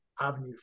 avenue